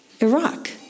Iraq